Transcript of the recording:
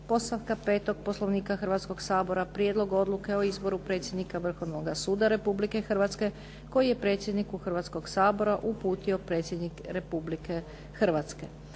podstavka 5. Poslovnika Hrvatskog sabora prijedlog odluke o izboru predsjednika Vrhovnoga suda Republike Hrvatske koji je predsjedniku Hrvatskog sabora uputio Predsjednik Republike Hrvatske.